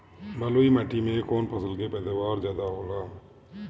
बालुई माटी में कौन फसल के पैदावार ज्यादा होला?